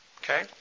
Okay